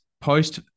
post